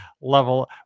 level